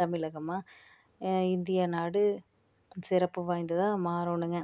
தமிழகமாக India நாடு சிறப்பு வாயிந்ததாக மாறணுங்க